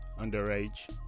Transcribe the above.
underage